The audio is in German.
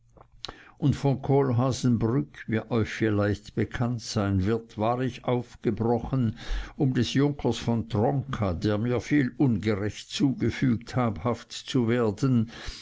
und von kohlhaasenbrück wie euch vielleicht bekannt sein wird war ich aufgebrochen um des junkers von tronka der mir viel unrecht zugefügt habhaft zu werden